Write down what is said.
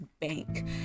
bank